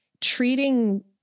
treating